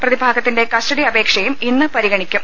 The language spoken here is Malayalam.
പ്രതിഭാഗത്തിന്റെ കസ്റ്റഡി അപേക്ഷയും ഇന്ന് പരിഗണിക്കും